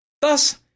Thus